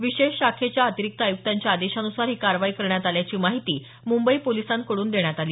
विशेष शाखेच्या अतिरिक्त आयुक्तांच्या आदेशानुसार ही कारवाई करण्यात आल्याची माहिती मुंबई पोलिसांकडून देण्यात आली